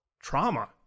trauma